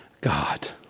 God